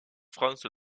france